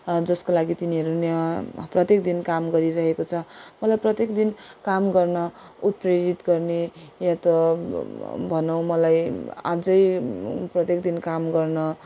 जसको लागि तिनीहरू यहाँ प्रत्येक दिन काम गरिरहेको छ मलाई प्रत्येक दिन काम गर्न उत्प्रेरित गर्ने यहाँ त भनौँ मलाई अझै प्रत्येक दिन काम गर्न